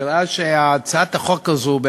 נראה שהצעת החוק הזו,